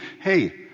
hey